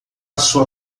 sua